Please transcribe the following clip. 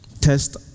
test